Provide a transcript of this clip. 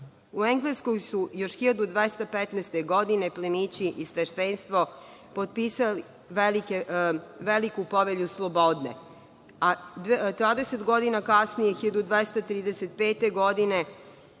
Engleskoj su još 1215. godine plemići i sveštenstvo potpisali Veliku povelju slobode, a 20 godina kasnije, 1235. godine,